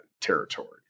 territories